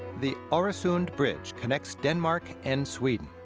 the oresund bridge connects denmark and sweden.